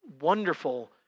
wonderful